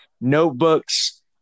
notebooks